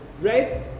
right